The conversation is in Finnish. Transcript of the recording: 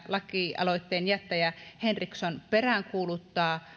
lakialoitteen jättäjä henriksson edellisessä puheenvuorossa peräänkuuluttaa